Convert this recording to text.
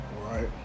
right